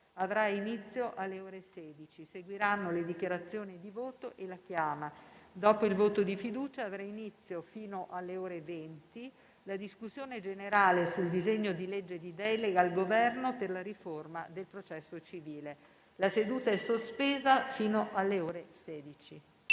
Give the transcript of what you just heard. avrà inizio alle ore 16. Seguiranno le dichiarazioni di voto e la chiama. Dopo il voto di fiducia avrà inizio, fino alle ore 20, la discussione generale sul disegno di legge di delega al Governo per la riforma del processo civile. La seduta è sospesa fino alle ore 16.